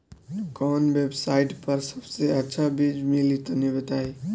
कवन वेबसाइट पर सबसे अच्छा बीज मिली तनि बताई?